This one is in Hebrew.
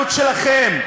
מההתנהלות שלכם,